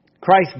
Christ